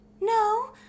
No